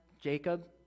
Jacob